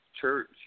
Church